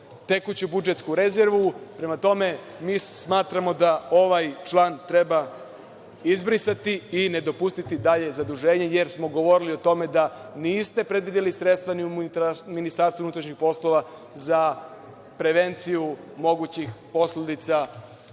tekuću budžetsku rezervu. Prema tome, mi smatramo da ovaj član treba izbrisati i ne dopustiti dalje zaduženje, jer smo govorili o tome da niste predvideli sredstva, ni u Ministarstvu unutrašnjih poslova za prevenciju mogućih posledica